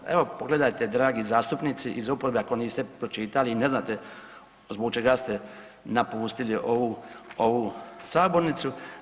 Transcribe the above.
Evo pogledajte dragi zastupnici iz oporbe ako niste pročitali i ne znate zbog čega ste napustili ovu, ovu sabornicu.